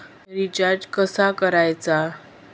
Recharge कसा करायचा?